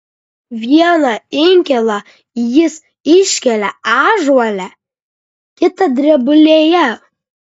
vieną inkilą jis iškelia ąžuole kitą drebulėje